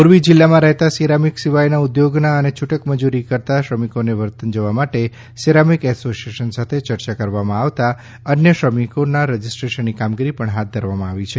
મોરબી જીલ્લામાં રહેતા સિરામિક સિવાયના ઉધોગના અને છૂટક મજુરી કરતા શ્રમિકોને વતન જવા માટે સિરામિક એસોસીએશન સાથે ચર્ચા કરવામાં આવતા અન્ય શ્રમિકોના રજીસ્ટ્રેશનની કામગીરી પણ હાથ ધરવામાં આવી છે